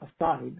aside